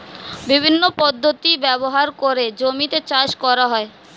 বিভিন্ন পদ্ধতি ব্যবহার করে জমিতে চাষ করা হয়